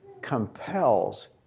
compels